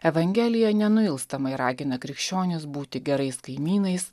evangelija nenuilstamai ragina krikščionis būti gerais kaimynais